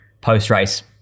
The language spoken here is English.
post-race